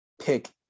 pick